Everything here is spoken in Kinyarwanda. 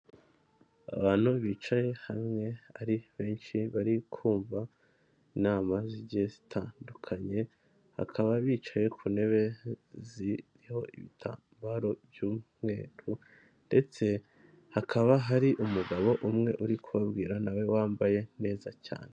Abantu bicaye hamwe ari benshi bari kumva inama zigiye zitandukanye bakaba bicaye ku ntebe ziriho ibitambaro by'umweru ndetse hakaba hari umugabo umwe uri kubabwira nawe wambaye neza cyane.